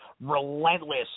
relentless